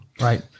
Right